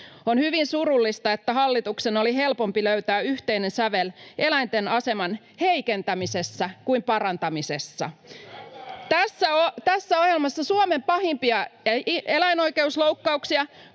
On hyvin surullista, että hallituksen oli helpompi löytää yhteinen sävel eläinten aseman heikentämisessä kuin parantamisessa. [Oikealta: Höpö höpö!] Tässä ohjelmassa Suomen pahimpia eläinoikeusloukkauksia,